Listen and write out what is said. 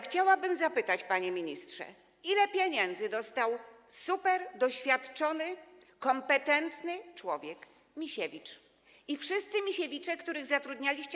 Chciałabym zapytać, panie ministrze, ile pieniędzy dostał superdoświadczony, kompetentny człowiek - Misiewicz, i wszyscy Misiewicze, których zatrudnialiście.